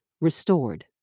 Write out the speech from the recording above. restored